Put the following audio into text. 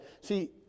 See